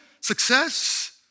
success